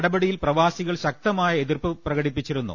നടപടിയിൽ പ്രവാസികൾ ശക്തമായ എതിർപ്പ് പ്രകടപ്പിച്ചിരുന്നു